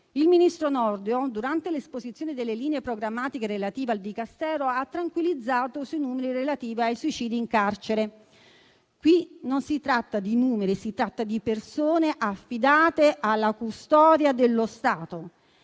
Il ministro Nordio, durante l'esposizione delle linee programmatiche relative al Dicastero, ha tranquillizzato sui numeri relativi ai suicidi in carcere. Qui non si tratta di numeri, ma di persone affidate alla custodia dello Stato,